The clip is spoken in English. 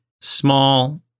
small